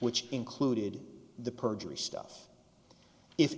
which included the perjury stuff if